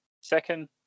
Second